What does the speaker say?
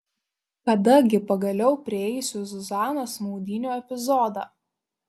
kada gi pagaliau prieisiu zuzanos maudynių epizodą